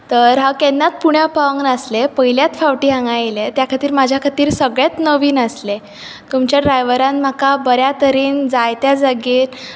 तर हांव केन्नाच पुण्याक पावूंक नासलें पयलेंच फावटी हांगा येयलें त्या खातीर म्हाज्या खातीर सगळेंच नवीन आसलें तुमच्या ड्रायव्हरान म्हाका बऱ्या तरेन जायत्या जाग्यार